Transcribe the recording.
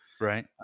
Right